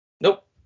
Nope